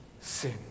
sin